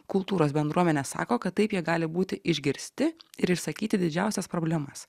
kultūros bendruomenė sako kad taip jie gali būti išgirsti ir išsakyti didžiausias problemas